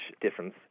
difference